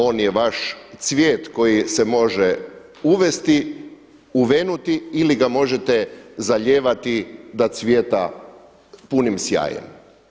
On je vaš cvijet koji se može uvesti, uvenuti ili ga možete zalijevati da cvijeta punim sjajem.